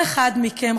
כל אחד מכם,